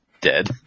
dead